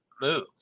move